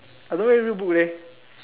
I don't really read book leh